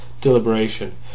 deliberation